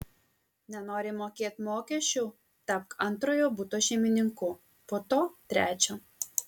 nenori mokėt mokesčių tapk antrojo buto šeimininku po to trečio